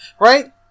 Right